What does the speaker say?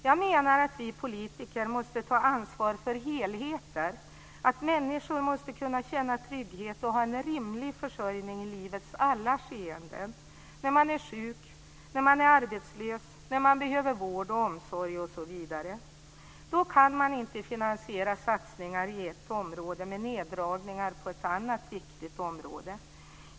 Jag menar att vi politiker måste ta ansvar för helheter, att människor måste kunna känna trygghet och ha en rimlig försörjning i livets alla skeden: när man är sjuk, när man är arbetslös, när man behöver vård och omsorg. Då kan man inte finansiera satsningar på ett område med neddragningar på ett annat.